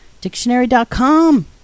dictionary.com